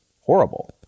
horrible